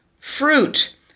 fruit